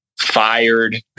fired